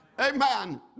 Amen